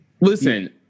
Listen